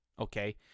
Okay